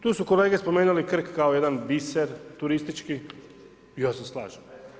Tu su kolege spomenuli Krk kao jedan biser turistički i ja se slažem.